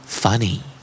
Funny